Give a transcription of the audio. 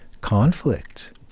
conflict